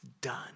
Done